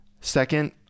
Second